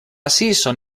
season